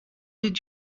did